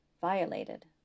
Violated